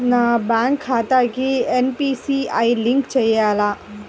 నా బ్యాంక్ ఖాతాకి NPCI link చేయాలా?